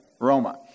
Roma